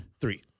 Three